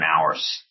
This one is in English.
hours